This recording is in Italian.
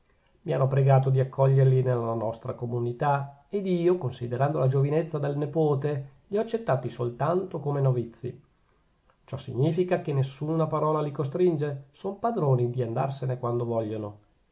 mi hanno pregato di accoglierli nella nostra comunità ed io considerando la giovinezza del nepote li ho accettati soltanto come novizi ciò significa che nessuna parola li costringe sono padroni di andarsene quando vogliono